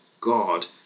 God